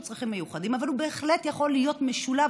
צרכים מיוחדים אבל הוא בהחלט יכול להיות משולב,